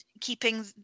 keeping